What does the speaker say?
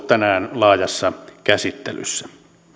tänään laajassa käsittelyssä